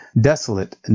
Desolate